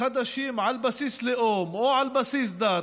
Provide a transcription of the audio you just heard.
חדשים על בסיס לאום או על בסיס דת,